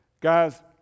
Guys